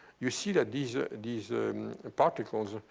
you see that these ah these ah and particles